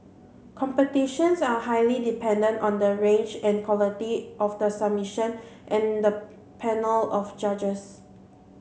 competitions are highly dependent on the range and quality of the submissions and the panel of judges